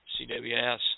CWS